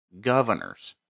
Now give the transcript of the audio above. governors